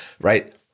Right